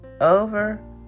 over